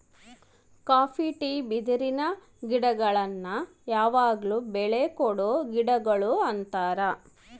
copy tea ಬಿದಿರಿನ ಗಿಡಗುಳ್ನ ಯಾವಗ್ಲು ಬೆಳೆ ಕೊಡೊ ಗಿಡಗುಳು ಅಂತಾರ